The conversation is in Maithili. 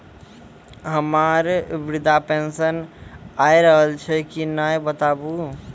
हमर वृद्धा पेंशन आय रहल छै कि नैय बताबू?